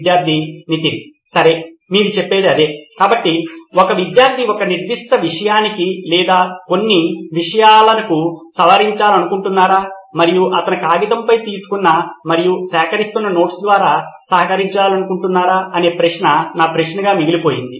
విద్యార్థి నితిన్ సరే మీరు చెప్పేది అదే కాబట్టి ఒక విద్యార్థి ఒక నిర్దిష్ట విషయానికి లేదా కొన్ని విషయాలకు సహకరించాలనుకుంటున్నారా మరియు అతను కాగితంపై తీసుకున్న మరియు సహకరిస్తున్న నోట్స్ ద్వారా సహకరించాలనుకుంటున్నారా అనే ప్రశ్న నా ప్రశ్నగా మిగిలిపోయింది